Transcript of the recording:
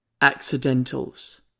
accidentals